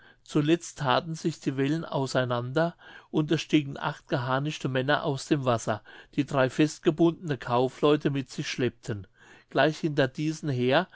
zuletzt thaten sich die wellen auseinander und es stiegen acht geharnischte männer aus dem wasser die drei festgebundene kaufleute mit sich schleppten gleich hinter diesen her